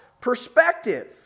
perspective